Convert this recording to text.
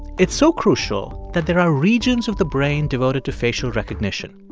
it's so crucial that there are regions of the brain devoted to facial recognition.